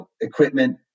equipment